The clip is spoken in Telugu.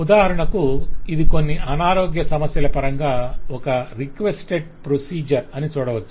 ఉదాహరణకు ఇది కొన్ని అనారోగ్య సమస్యల పరంగా ఒక రిక్వెస్టెడ్ ప్రొసీజర్ అని చూడవచ్చు